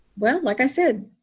well, like i said,